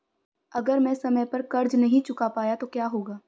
अगर मैं समय पर कर्ज़ नहीं चुका पाया तो क्या होगा?